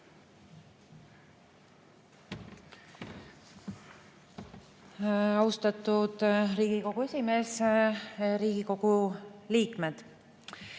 Austatud Riigikogu esimees! Riigikogu liikmed!